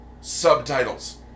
subtitles